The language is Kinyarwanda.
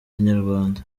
inyarwanda